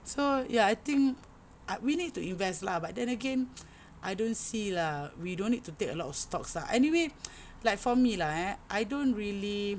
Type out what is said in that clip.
so ya I think we need to invest lah but then again I don't see lah we don't need to take a lot of stocks lah anyway for me lah eh I don't really